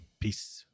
Peace